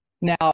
Now